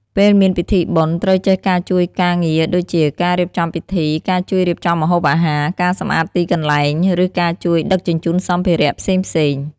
ពេលមានពិធីបុណ្យ ត្រូវចេះការជួយការងារដូចជាការរៀបចំពិធី ការជួយរៀបចំម្ហូបអាហារ ការសម្អាតទីកន្លែង ឬការជួយដឹកជញ្ជូនសម្ភារៈផ្សេងៗ។